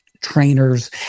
trainers